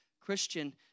Christian